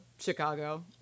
Chicago